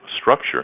structure